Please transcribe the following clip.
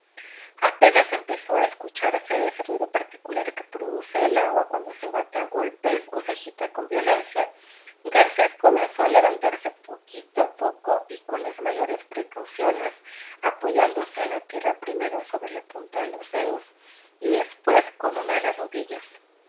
apenas empezó a escucharse ese ruido particular que produce el agua cuando se bate a golpes o se agita con violencia garcés comenzó a levantarse poquito a poco y con las mayores precauciones apoyándose en la tierra primero sobre la punta de los dedos y después con una de las rodillas